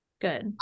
Good